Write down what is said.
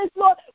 Lord